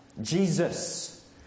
Jesus